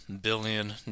billion